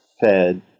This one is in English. fed